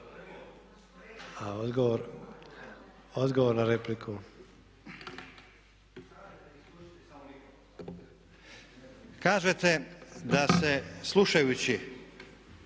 Odgovor na repliku.